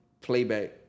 playback